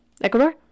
Ecuador